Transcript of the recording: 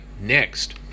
next